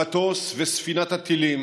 המטוס וספינת הטילים.